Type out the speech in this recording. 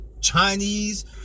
Chinese